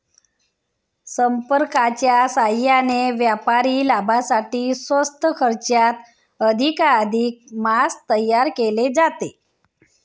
संप्रेरकांच्या साहाय्याने व्यापारी लाभासाठी स्वस्त खर्चात अधिकाधिक मांस तयार केले जाते